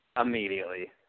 immediately